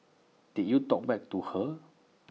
did you talk back to her